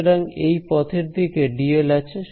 সুতরাং এই পথের দিকে ডিএল আছে